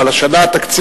אבל השנה התקציבית,